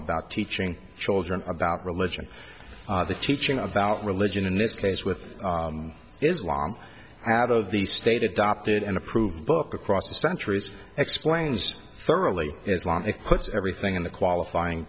about teaching children about religion the teaching of our religion in this case with islam have of the state adopted and approved book across the centuries explains thoroughly islamic puts everything in the qualifying